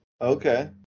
okay